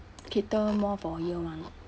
cater more for year one